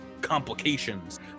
complications